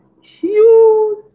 huge